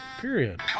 Period